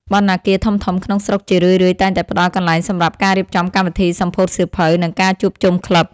បណ្ណាគារធំៗក្នុងស្រុកជារឿយៗតែងតែផ្ដល់កន្លែងសម្រាប់ការរៀបចំកម្មវិធីសម្ពោធសៀវភៅ និងការជួបជុំក្លឹប។